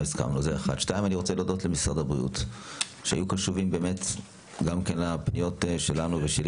אני רוצה להודות למשרד הבריאות שהיו קשובים לפניות שלנו ושלי